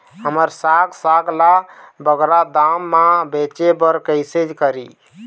हमर साग साग ला बगरा दाम मा बेचे बर कइसे करी?